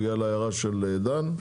בגלל ההערה של דן,